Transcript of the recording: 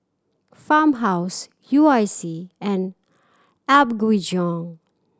Farmhouse U I C and Apgujeong